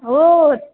वो